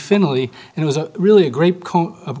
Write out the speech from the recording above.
finley and it was a really great